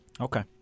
Okay